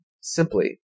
simply